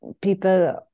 people